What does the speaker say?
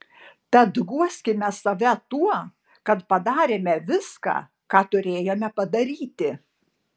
tad guoskime save tuo kad padarėme viską ką turėjome padaryti